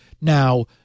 Now